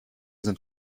sind